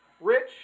Rich